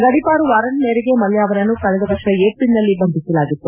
ಗಡಿಪಾರು ವಾರಂಟ್ ಮೇರೆಗೆ ಮಲ್ಯ ಅವರನ್ನು ಕಳೆದ ವರ್ಷ ಏಪ್ರಿಲ್ನಲ್ಲಿ ಬಂಧಿಸಲಾಗಿತ್ತು